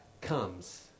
comes